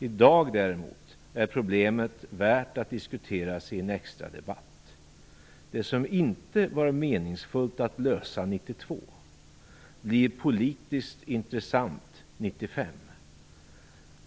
I dag är problemet däremot värt att diskuteras i en extradebatt. Det som det inte var meningsfullt att lösa 1992, blir politiskt intressant 1995.